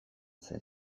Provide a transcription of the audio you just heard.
zen